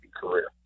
career